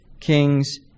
Kings